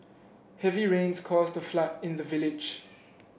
heavy rains caused a flood in the village